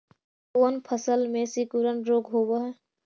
कोन फ़सल में सिकुड़न रोग होब है?